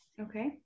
Okay